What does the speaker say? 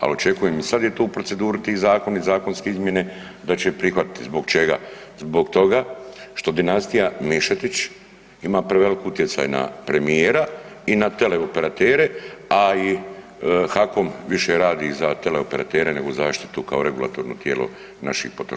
Al očekujem, sad je to u proceduri ti zakoni i zakonske izmjene i da će prihvatiti, zbog čega, zbog toga što dinastija Mišetić ima preveliki utjecaj na premijera i na teleoperatere, a i HAKOM više radi za teleoperatere nego zaštitu kao regulatorno tijelo naših potrošača.